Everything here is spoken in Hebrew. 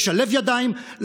לשלב ידיים,